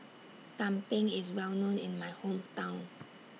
Tumpeng IS Well known in My Hometown